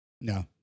No